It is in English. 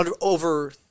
Over